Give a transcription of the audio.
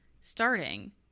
starting